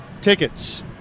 tickets